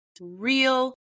real